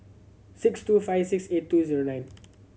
six two five six eight two zero nine